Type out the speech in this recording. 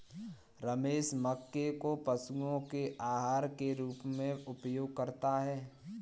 रमेश मक्के को पशुओं के आहार के रूप में उपयोग करता है